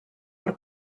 per